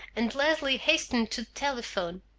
and leslie hastened to the telephone.